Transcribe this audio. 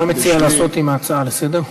מה מציע לעשות עם ההצעה לסדר-היום?